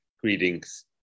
Greetings